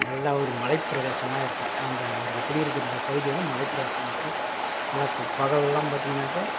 நல்லா ஒரு மலை பிரேதேசமாக இருப்பேன் அந்த அவர் குடியிருக்கிற பகுதி வந்து மலை பிரேதேசமாக இருக்கும் நல்லா பகல்லெலாம் பார்த்திங்கனாக்க